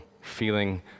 feeling